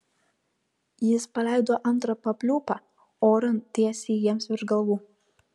jis paleido antrą papliūpą oran tiesiai jiems virš galvų